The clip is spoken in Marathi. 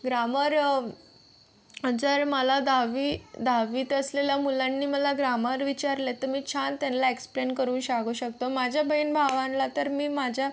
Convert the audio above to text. ग्रामर जर मला दहावी दहावीत असलेल्या मुलांनी मला ग्रामर विचारले तर मी छान त्यांना एक्स्प्लेन करून सांगू शकतो माझ्या बहीणभावांना तर मी माझ्या